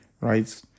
Right